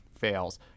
fails